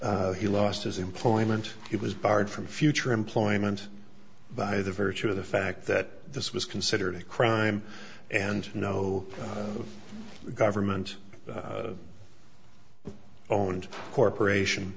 he lost his employment he was barred from future employment by the virtue of the fact that this was considered a crime and no government owned corporation